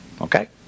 Okay